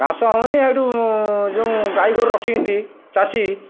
ଘାସ ହଉନି ଏଇଠୁ ଯେଉଁ ଗାଈଗୋରୁ ରଖିକି ଚାଷୀ